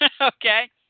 okay